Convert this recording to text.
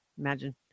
Imagine